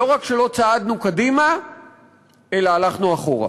לא רק שלא צעדנו קדימה אלא הלכנו אחורה,